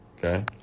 Okay